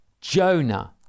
Jonah